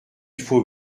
faut